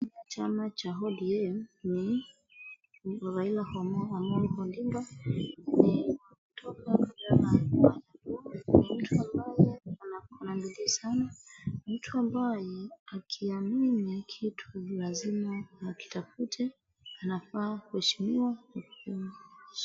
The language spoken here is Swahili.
Chama cha ODM ni Raila Amollo Odinga, ni mtu ambaye ako na bidii sana, ni mtu ambaye, akiamini kitu lazima akitafute. Anafaa kuheshimiwa.